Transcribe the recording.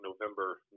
November